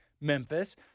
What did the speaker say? Memphis